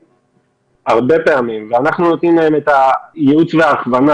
הרבה פעמים ואנחנו נותנים להם ייעוץ והכוונה